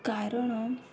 କାରଣ